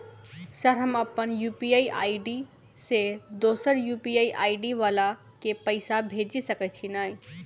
Sir हम अप्पन UPI ID सँ दोसर यु.पी.आई आई.डी वला केँ पैसा भेजि सकै छी नै?